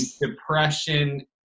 depression